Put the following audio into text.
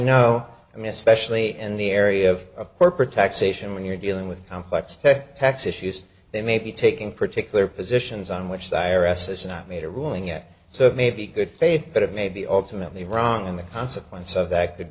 know i mean especially in the area of corporate taxation when you're dealing with complex tech tax issues they may be taking particular positions on which side has not made a ruling yet so it may be good faith but it may be ultimately wrong and the consequence of that could